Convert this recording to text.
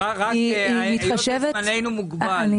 היא מתחשבת -- היות וזמננו מוגבל,